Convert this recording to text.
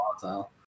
volatile